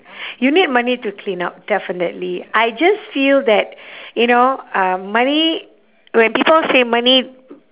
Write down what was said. you need money to clean up definitely I just feel that you know uh money when people say money